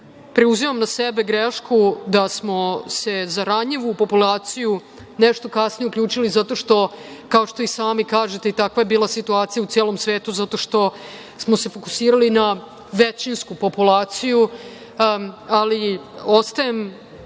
preuzimam na sebe grešku da smo se za ranjivu populaciju nešto kasnije uključili, zato što, kao što i sami kažete, je takva bila i situacija u celom svetu, zato što smo se fokusirali na većinsku populaciju, ali ostajem